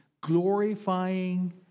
glorifying